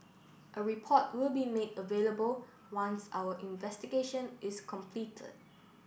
a report will be made available once our investigation is completed